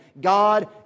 God